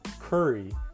Curry